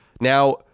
Now